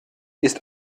ist